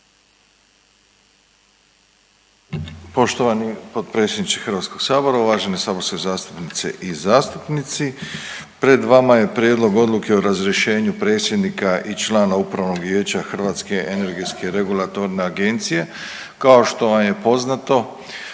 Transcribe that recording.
Poštovani potpredsjedniče HS, uvažene saborske zastupnice i zastupnici, pred vama je Prijedlog odluke o razrješenju predsjednika i člana upravnog vijeća HERA-e. Kao što vam je poznato